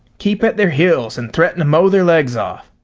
keep at their heels and threaten to mow their legs off.